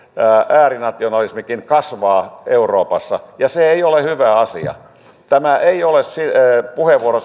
äärinationalismikin kasvavat euroopassa ja se ei ole hyvä asia tämä ei ole puheenvuoro sen